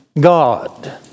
God